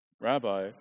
Rabbi